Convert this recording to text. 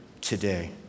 today